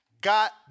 got